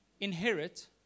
inherit